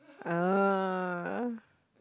oh